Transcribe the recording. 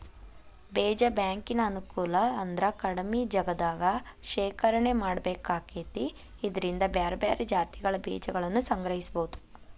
ಬೇಜ ಬ್ಯಾಂಕಿನ ಅನುಕೂಲ ಅಂದ್ರ ಕಡಿಮಿ ಜಗದಾಗ ಶೇಖರಣೆ ಮಾಡ್ಬೇಕಾಕೇತಿ ಇದ್ರಿಂದ ಬ್ಯಾರ್ಬ್ಯಾರೇ ಜಾತಿಗಳ ಬೇಜಗಳನ್ನುಸಂಗ್ರಹಿಸಬೋದು